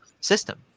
system